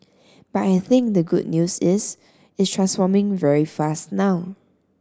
but I think the good news is it's transforming very fast now